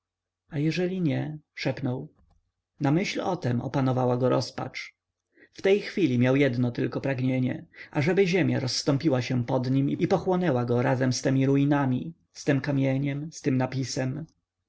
a jeżeli nie szepnął na myśl o tem opanowała go rozpacz w tej chwili miał jedno tylko pragnienie ażeby ziemia rozstąpiła się pod nim i pochłonęła go razem z temi ruinami z tym kamieniem z tym napisem